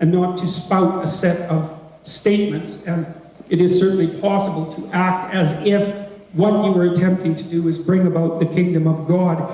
and not um to spout a set of statements and it is certainly possible to act as if what you are attempting to do is to bring about the kingdom of god,